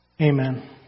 Amen